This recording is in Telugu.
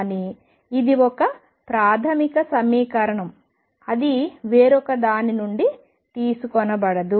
కానీ ఇది ఒక ప్రాథమిక సమీకరణం అది వేరొకదాని నుండి తీసుకోబడదు